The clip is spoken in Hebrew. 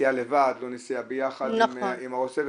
נסיעה לבד, לא נסיעה ביחד עם ראש הצוות.